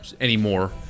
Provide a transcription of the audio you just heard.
anymore